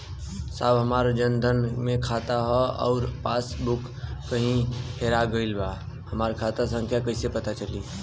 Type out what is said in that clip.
साहब हमार जन धन मे खाता ह अउर पास बुक कहीं हेरा गईल बा हमार खाता संख्या कईसे पता चली?